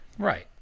Right